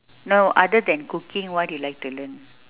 no other than cooking what you like to learn